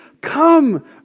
Come